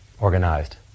organized